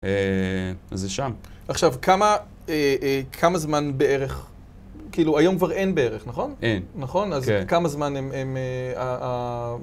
אה... זה שם. עכשיו, כמה... כמה זמן בערך... כאילו, היום כבר אין בערך, נכון? אין. נכון? כן. אז כמה זמן הם, הם...